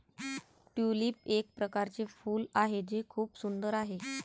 tulip एक प्रकारचे फूल आहे जे खूप सुंदर आहे